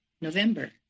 November